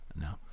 No